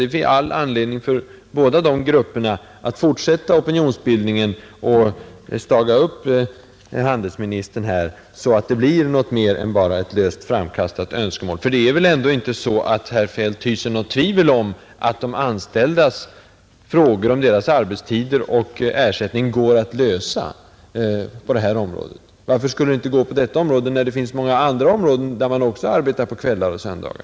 Det finns all anledning för båda dessa grupper att fortsätta opinionsbildningen och att stötta upp handelsministern, så att hans ord inte bara blir löst framkastade önskemål. Det är väl ändå inte så att herr Feldt hyser något tvivel om att de handelsanställdas krav beträffande arbetstider och ersättning för övertid är frågor som kan lösas? Varför skulle det inte vara möjligt på detta område när det finns många andra kategorier som arbetar på kvällar och söndagar?